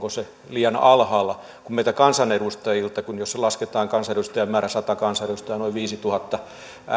liian alhaalla kun meiltä kansanedustajilta jos lasketaan kansanedustajien määrä sata kansanedustajaa noin viisituhatta